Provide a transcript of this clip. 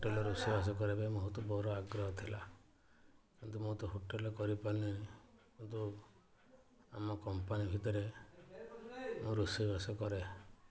ହୋଟେଲରେ ରୋଷେଇ ବାସ କରିବା ପାଇଁ ବହୁତ ମୋର ଆଗ୍ରହ ଥିଲା କିନ୍ତୁ ମୁଁ ତ ହୋଟେଲ କରି ପାରିଲିନି କିନ୍ତୁ ଆମ କମ୍ପାନୀ ଭିତରେ ମୁଁ ରୋଷେଇ ବାସ କରେ